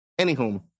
Anywho